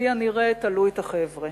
כפי הנראה תלו את החבר'ה.